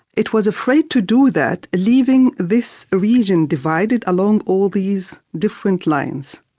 it was afraid to do that, leaving this region divided along all these different lines.